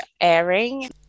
airing